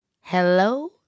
Hello